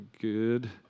good